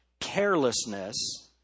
carelessness